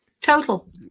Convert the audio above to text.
Total